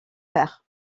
père